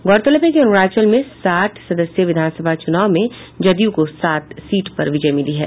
गौरतलब है कि अरूणाचल में साठ सदस्यीय विधानसभा चुनाव में जदयू को सात सीट पर विजय मिली है